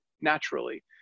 naturally